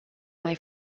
mai